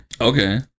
Okay